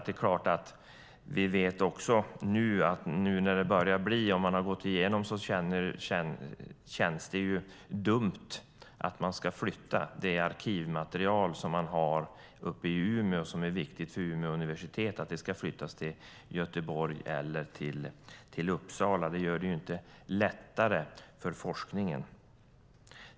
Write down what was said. Det är klart att det känns dumt att det arkivmaterial man har uppe i Umeå och som är viktigt för Umeå universitet ska flyttas till Göteborg eller Uppsala. Det gör det inte lättare för forskningen.